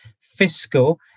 fiscal